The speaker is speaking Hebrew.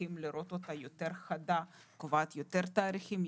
שמחים לראות אותה יותר חדה וקובעת יותר תאריכים,